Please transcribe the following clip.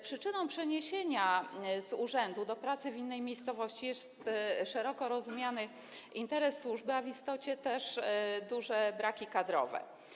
Przyczyną przeniesienia z urzędu do pracy w innej miejscowości jest szeroko rozumiany interes służby, a w istocie też duże braki kadrowe.